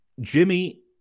Jimmy